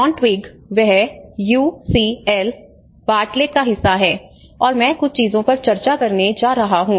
John Twigg वह UCL Bartlett का हिस्सा हैं और मैं कुछ चीजों पर चर्चा करने जा रहा हूं